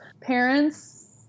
Parents